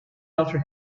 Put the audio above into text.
after